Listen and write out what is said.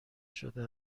شده